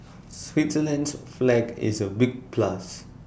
Switzerland's flag is A big plus